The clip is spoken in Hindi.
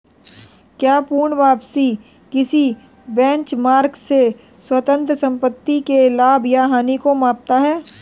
क्या पूर्ण वापसी किसी बेंचमार्क से स्वतंत्र संपत्ति के लाभ या हानि को मापता है?